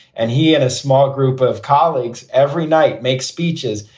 and he and a small group of colleagues every night make speeches.